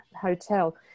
hotel